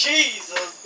Jesus